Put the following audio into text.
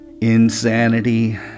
insanity